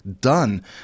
done